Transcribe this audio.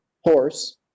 horse